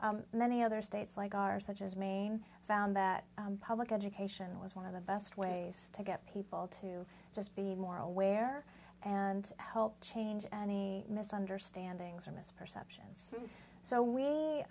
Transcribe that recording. many other states like ours such as maine found that public education was one of the best ways to get people to just be more aware and help change any misunderstandings or misperceptions so